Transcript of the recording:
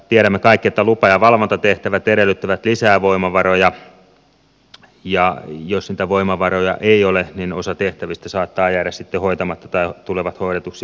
tiedämme kaikki että lupa ja valvontatehtävät edellyttävät lisää voimavaroja ja jos niitä voimavaroja ei ole niin osa tehtävistä saattaa sitten jäädä hoitamatta tai tulee hoidetuksi huonosti